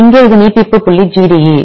இங்கே இது நீட்டிப்பு புள்ளி GDE